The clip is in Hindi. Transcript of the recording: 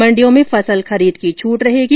मंडियों में फसल खरीद की छूट रहेगी